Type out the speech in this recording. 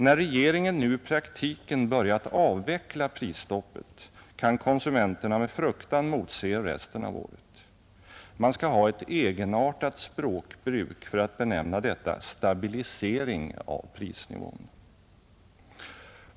När regeringen nu i praktiken börjat avveckla prisstoppet kan konsumenterna med fruktan motse resten av året. Man skall ha ett egenartat språkbruk för att benämna detta stabilisering av prisnivån.